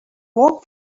work